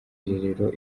irerero